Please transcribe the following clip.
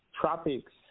tropics